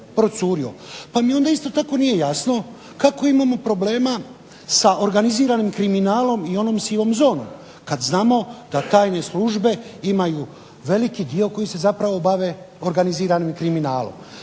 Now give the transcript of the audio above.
Pa mi onda isto tako nije jasno kako imamo problema sa organiziranim kriminalom i onom sivom zonom, kada znamo da tajne službe imaju veliki dio koji se zapravo bave organiziranim kriminalom.